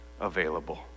available